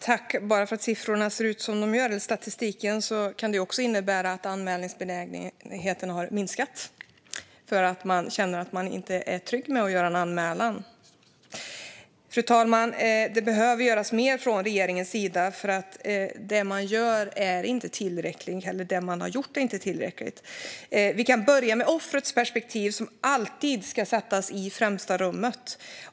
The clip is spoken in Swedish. Fru talman! Att statistiken ser ut som den gör kan också bero på att anmälningsbenägenheten har minskat, på grund av att man inte känner sig trygg med att göra en anmälan. Fru talman! Regeringen behöver göra mer. Det man har gjort är inte tillräckligt. Vi kan börja med offrets perspektiv. Det ska alltid sättas i främsta rummet.